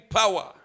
power